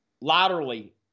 laterally